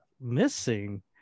missing